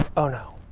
oh no.